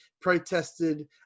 protested